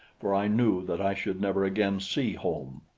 for i knew that i should never again see home.